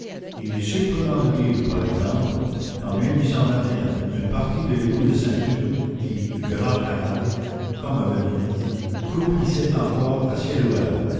il est surprenant de dire par exemple qu'en une partie de l'égout de ceinture dit grand canal comme à venise croupissait encore à ciel ouvert